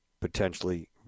potentially